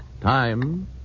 Time